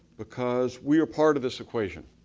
because we are part of this equation.